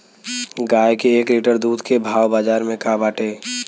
गाय के एक लीटर दूध के भाव बाजार में का बाटे?